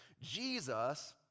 Jesus